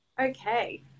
okay